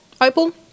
opal